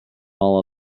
all